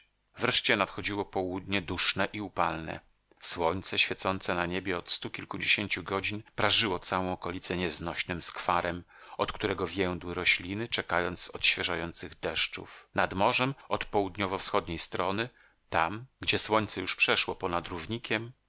wreszcie nadchodziło południe duszne i upalne słońce świecące na niebie od stu kilkudziesięciu godzin prażyło całą okolicę nieznośnym skwarem od którego więdły rośliny czekając odświeżających deszczów nad morzem od południowo-wschodniej strony tam gdzie słońce już przeszło ponad równikiem